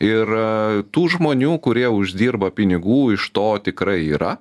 ir tų žmonių kurie uždirba pinigų iš to tikrai yra